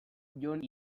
jon